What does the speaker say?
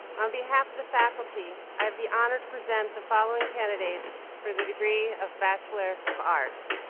on behalf of the faculty, i have the honor to present the following candidates for the degree of bachelor of arts.